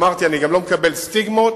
אמרתי, אני גם לא מקבל סטיגמות.